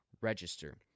Register